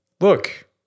Look